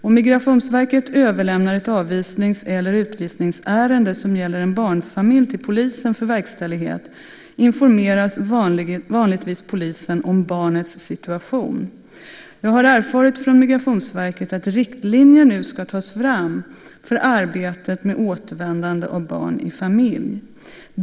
Om Migrationsverket överlämnar ett avvisnings eller utvisningsärende som gäller en barnfamilj till polisen för verkställighet informeras vanligtvis polisen om barnets situation. Jag har erfarit från Migrationsverket att riktlinjer nu ska tas fram för arbetet med återvändande av barn i familj.